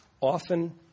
often